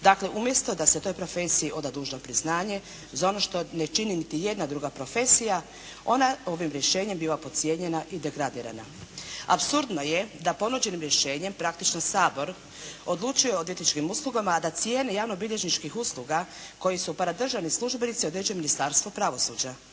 Dakle umjesto da se toj profesiji oda dužno priznanje za ono što ne čini niti jedna druga profesija, ona ovim rješenjem biva podcijenjena i degradirana. Apsurdno je da ponuđenim rješenjem praktično Sabor odlučuje o odvjetničkim uslugama, a da cijene javnobilježničkih usluga koje su … državni službenici određuje Ministarstvo pravosuđa.